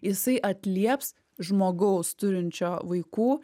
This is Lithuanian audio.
jisai atlieps žmogaus turinčio vaikų